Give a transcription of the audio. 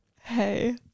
hey